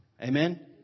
Amen